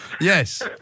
Yes